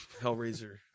hellraiser